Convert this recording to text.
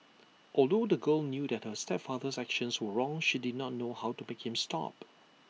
although the girl knew that her stepfather's actions were wrong she did not know how to make him stop